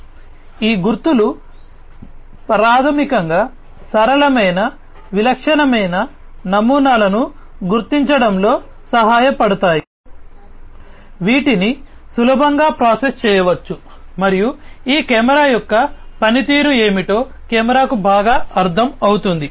కాబట్టి ఈ గుర్తులు ప్రాథమికంగా సరళమైన విలక్షణమైన నమూనాలను గుర్తించడంలో సహాయపడతాయి వీటిని సులభంగా ప్రాసెస్ చేయవచ్చు మరియు ఈ కెమెరా యొక్క పనితీరు ఏమిటో కెమెరాకు బాగా అర్థం అవుతుంది